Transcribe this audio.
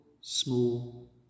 small